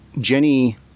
Jenny